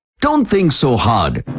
don't think so hard.